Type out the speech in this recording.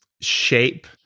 shape